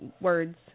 words